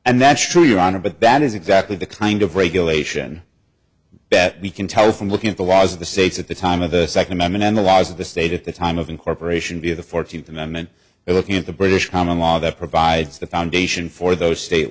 and that's true your honor but that is exactly the kind of regulation that we can tell from looking at the laws of the states at the time of the second amendment and the laws of the state at the time of incorporation via the fourteenth amendment and looking at the british common law that provides the foundation for those state